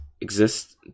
exist